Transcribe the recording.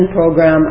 program